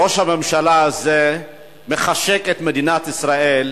ראש הממשלה הזה מחשק את מדינת ישראל,